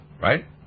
right